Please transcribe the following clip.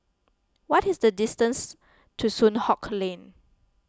what is the distance to Soon Hock Lane